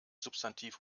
substantiv